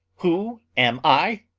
who am i?